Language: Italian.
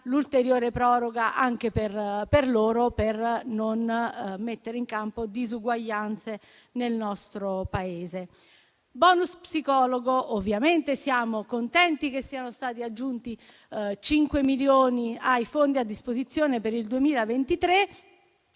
l'ulteriore proroga anche per loro, per non mettere in campo disuguaglianze nel nostro Paese. Quanto al *bonus* psicologo, ovviamente siamo contenti che siano stati aggiunti 5 milioni ai fondi a disposizione per il 2023.